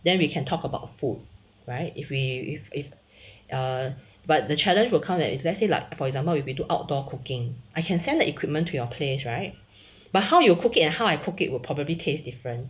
then we can talk about food right if we if if err but the challenge will come like let's say like for example will do outdoor cooking I can send the equipment to your place right but how you cook it and how I cook it will probably taste different